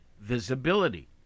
Visibility